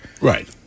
Right